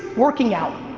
working out.